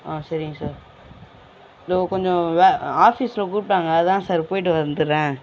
ஆ சரிங்க சார் இதோ கொஞ்சம் வே ஆஃபீஸில் கூப்பிட்டாங்க அதான் சார் போயிவிட்டு வந்துடுறேன்